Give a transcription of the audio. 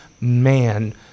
man